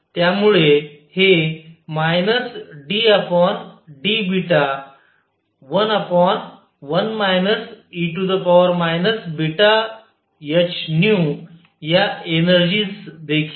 त्यामुळे हे ddβ11 e βhνया एनेर्जीज देखील